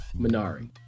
Minari